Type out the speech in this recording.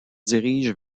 dirigent